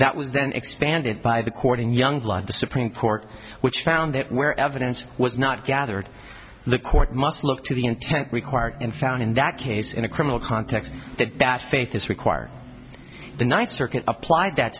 then expanded by the court in youngblood the supreme court which found that where evidence was not gathered the court must look to the intent required and found in that case in a criminal context that bad faith is required the ninth circuit applied that